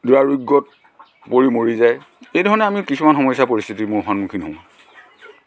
দূৰাৰোগ্যত পৰি মৰি যায় এই ধৰণে আমি কিছুমান সমস্যা পৰিস্থিতিৰ সন্মুখীন হওঁ